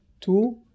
Two